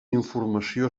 informació